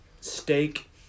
steak